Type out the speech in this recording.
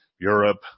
Europe